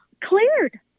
cleared